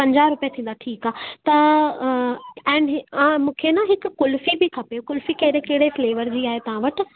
पंजाह रुपए थींदा ठीकु आहे त ऐं मूंखे न हिकु कुल्फी बि खपे कुल्फी कहिड़े कहिड़े फ्लेवर जी आहे तव्हां वटि